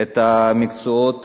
את המקצועות